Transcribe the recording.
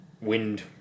wind